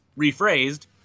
rephrased